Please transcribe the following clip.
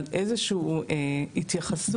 אבל שתהיה איזושהי התייחסות.